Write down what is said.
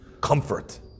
comfort